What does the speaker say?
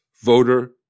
voter